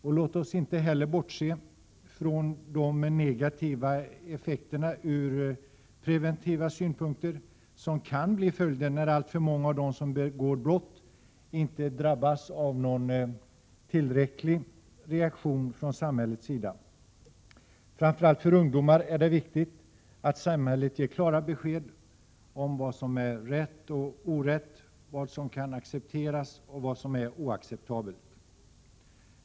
Och låt oss inte heller bortse från de negativa effekterna ur preventiv synvinkel som kan bli följden när alltför många av dem som begår brott inte drabbas av tillräcklig reaktion från samhällets sida. Framför allt för ungdomar är det viktigt att samhället ger klara besked om vad som är rätt och orätt, vad som kan accepteras och vad som är oacceptabelt.